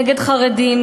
נגד חרדים,